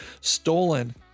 stolen